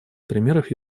примеров